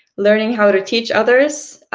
learning how to teach others,